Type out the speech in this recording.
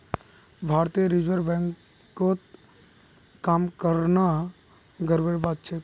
भारतीय रिजर्व बैंकत काम करना गर्वेर बात छेक